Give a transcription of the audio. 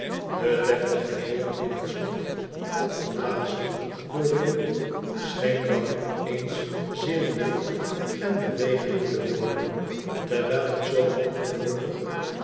de deftige heer in het zwart opgeblazen door den wind scheen dan op eens zeer wuft en bewegelijk te worden terwijl het zoo ongelukkig